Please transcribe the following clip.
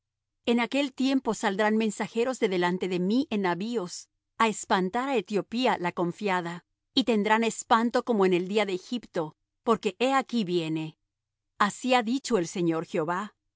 en aquel tiempo saldrán mensajeros de delante de mí en navíos á espantar á etiopía la confiada y tendrán espanto como en el día de egipto porque he aquí viene así ha dicho el señor jehová